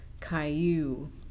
Caillou